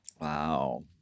Wow